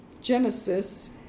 Genesis